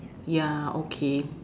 ya okay